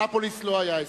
אנאפוליס לא היה הסכם.